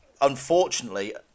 unfortunately